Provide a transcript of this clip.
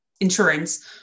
insurance